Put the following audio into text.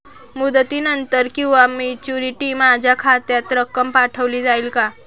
मुदतीनंतर किंवा मॅच्युरिटी माझ्या खात्यात रक्कम पाठवली जाईल का?